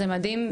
זה מדהים,